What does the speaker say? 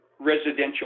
residential